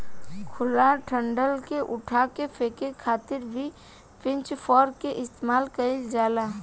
खुला डंठल के उठा के फेके खातिर भी पिच फोर्क के इस्तेमाल कईल जाला